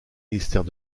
ministères